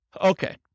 Okay